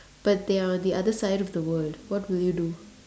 but they are on the other side of the world what will you do